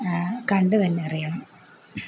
കണ്ട് തന്നെ അറിയണം